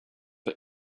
for